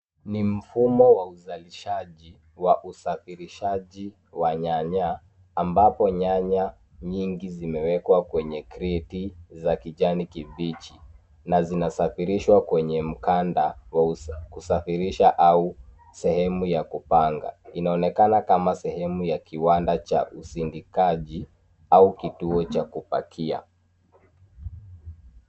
Ni mfumo wa uzalishaji wa usafirishaji wa nyanya, ambapo nyanya nyingi zimewekwa kwenye kreti za kijani kibichi, na zinasafirishwa kwenye mkanda wa kusafirisha au sehemu ya kupanga. Inaonekana kama sehemu ya kiwanda cha usindikaji au kituo cha kupakia.